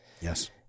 Yes